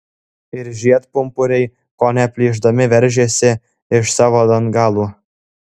ir žiedpumpuriai kone plyšdami veržėsi iš savo dangalų